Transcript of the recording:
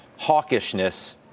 hawkishness